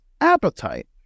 appetite